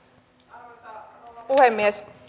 arvoisa rouva puhemies